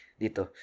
dito